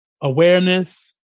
awareness